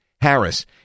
Harris